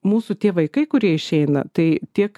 mūsų tie vaikai kurie išeina tai tiek